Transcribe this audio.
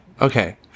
Okay